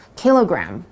kilogram